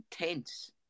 intense